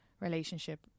relationship